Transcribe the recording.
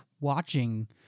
watching